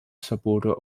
suborder